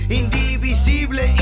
indivisible